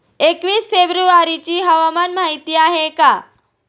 एकवीस फेब्रुवारीची हवामान माहिती आहे का?